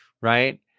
right